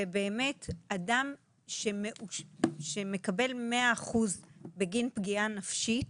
ואדם שמקבל 100% בגין פגיעה נפשית